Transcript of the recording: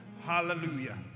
Hallelujah